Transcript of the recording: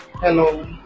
Hello